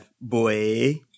boy